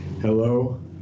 Hello